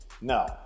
No